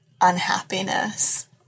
unhappiness